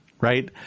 right